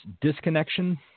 disconnection